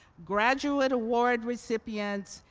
graduate award recipients,